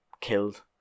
killed